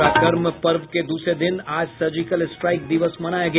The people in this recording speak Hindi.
पराक्रम पर्व के दूसरे दिन आज सर्जिकल स्ट्राईक दिवस मनाया गया